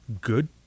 good